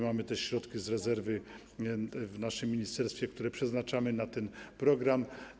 Mamy też środki z rezerwy w naszym ministerstwie, które przeznaczamy na ten program.